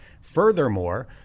Furthermore